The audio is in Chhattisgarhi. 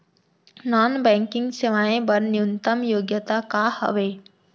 नॉन बैंकिंग सेवाएं बर न्यूनतम योग्यता का हावे?